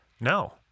No